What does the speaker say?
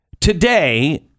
today